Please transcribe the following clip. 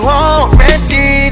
already